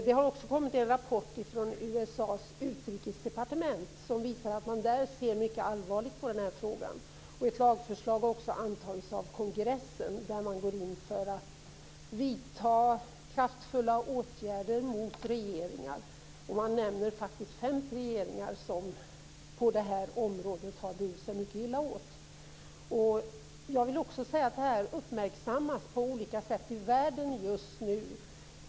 Det har också kommit en rapport från USA:s utrikesdepartement som visar att man där ser mycket allvarligt på denna fråga. Ett lagförslag har också antagits av kongressen, där man går in för att vidta kraftfulla åtgärder mot regeringar. Man nämner faktiskt fem regeringar som på detta område har burit sig mycket illa åt. Jag vill också säga att detta uppmärksammas på olika sätt i världen just nu.